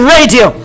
Radio